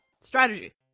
Strategy